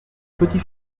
petit